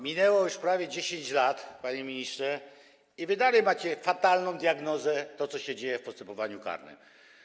Minęło już prawie 10 lat, panie ministrze, a wy dalej macie fatalną diagnozę tego, co się dzieje w postępowaniu karnym.